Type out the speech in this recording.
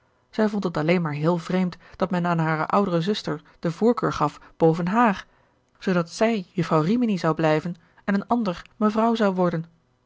zij vond het alleen maar heel vreemd dat men aan hare oudere zuster de voorkeur gaf boven haar zoodat zij jufvrouw rimini zou blijven en een ander mevrouw zou worden